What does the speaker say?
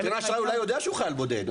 נותן האשראי אולי יודע שהוא חייל בודד.